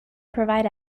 provide